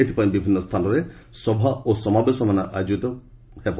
ଏଥିପାଇଁ ବିଭିନ୍ନ ସ୍ଥାନରେ ସଭା ଓ ସମାବେଶମାନ ଆୟୋଜିନ କରାଯାଇଛି